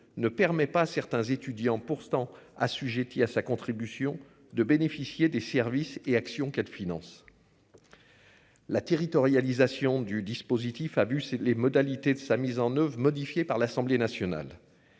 ne permet pas à certains étudiants pourtant assujettis à sa contribution de bénéficier des services et actions finance. La territorialisation du dispositif Fabius et les modalités de sa mise en oeuvre modifié par l'Assemblée nationale.